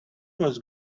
was